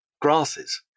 grasses